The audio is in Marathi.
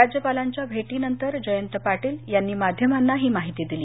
राज्यपालांच्या भेटीनंतर जयंत पाटील यांनी माध्यमांना ही माहिती दिली